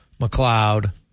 McLeod